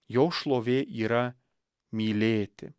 jo šlovė yra mylėti